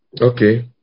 Okay